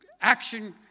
action